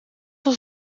als